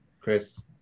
Chris